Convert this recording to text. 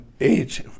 age